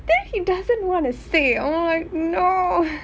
then he doesn't want to say I'm like no